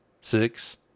six